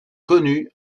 connus